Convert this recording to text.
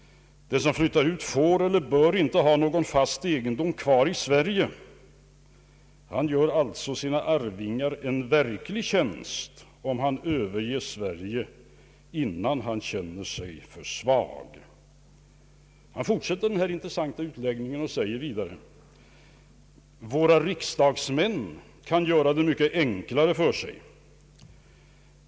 Den som flyttar ut får eller bör inte ha någon fast egendom kvar i Sverige. Han gör alltså sina arvingar en verklig tjänst om han överger Sverige innan han känner sig för svag.” Frank Hallis Wallin fortsätter denna intressanta utläggning och säger vidare: ”Våra riksdagsmän kan göra det mycket enklare för sig.